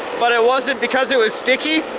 but it wasn't because it was sticky?